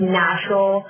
natural